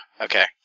okay